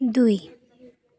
দুই